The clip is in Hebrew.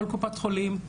כל קופת חולים,